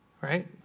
right